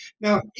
Now